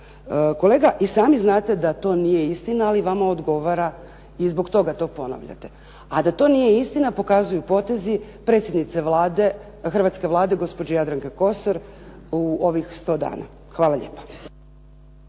Kolega i sami znate da to nije istina, ali vama odgovara i zbog toga to ponavljate. A da to nije istina pokazuju potezi predsjednice Vlade, hrvatske Vlade, gospođe Jadranke Kosor, u ovih 100 dana. Hvala lijepa.